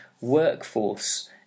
workforce